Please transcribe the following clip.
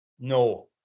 No